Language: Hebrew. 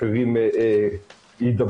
אין כאן הכשרה של יומיים או שלושה שיכולה באמת לעשות